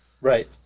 right